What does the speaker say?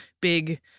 big